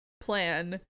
plan